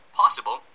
possible